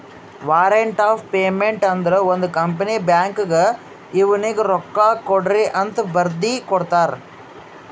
warrant of payment ಅಂದುರ್ ಒಂದ್ company ಬ್ಯಾಂಕ್ಗ್ ಇವ್ನಿಗ ರೊಕ್ಕಾಕೊಡ್ರಿಅಂತ್ ಬರ್ದಿ ಕೊಡ್ತದ್